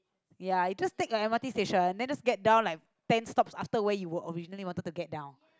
ya you just take a M_R_T station then just get down like ten stops after where you were originally wanted to get down